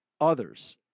others